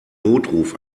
notruf